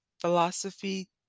philosophy